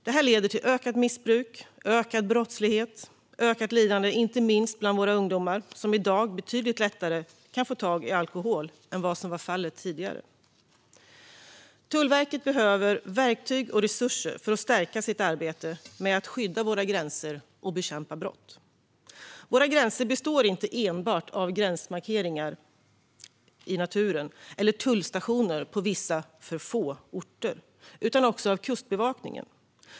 Detta leder till ökat missbruk, ökad brottslighet och ökat lidande inte minst bland våra ungdomar, som i dag har betydligt lättare att få tag i alkohol än vad som var fallet tidigare. Tullverket behöver verktyg och resurser för att stärka sitt arbete med att skydda våra gränser och bekämpa brott. Våra gränser består inte enbart av gränsmarkeringar i naturen eller tullstationer på vissa - för få - orter utan också av Kustbevakningen.